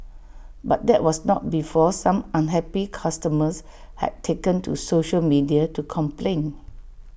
but that was not before some unhappy customers had taken to social media to complain